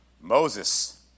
Moses